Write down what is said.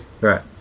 right